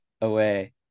away